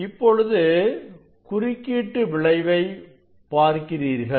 இப்பொழுது குறுக்கீட்டு விளைவை பார்க்கிறீர்கள்